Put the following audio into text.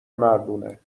مردونه